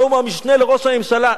היום הוא המשנה לראש הממשלה,